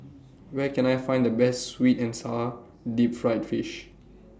Where Can I Find The Best Sweet and Sour Deep Fried Fish